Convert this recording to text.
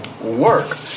work